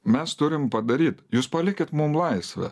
mes turim padaryt jūs palikit mum laisvę